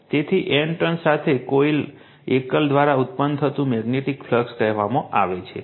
તેથી N turns સાથે એકલ કોઇલ દ્વારા ઉત્પન્ન થતું મેગ્નેટિક ફ્લક્સ કહેવામાં આવે છે